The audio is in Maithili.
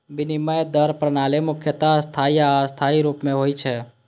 विनिमय दर प्रणाली मुख्यतः स्थायी आ अस्थायी रूप मे होइ छै